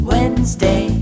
Wednesday